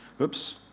Oops